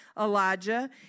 Elijah